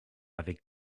avec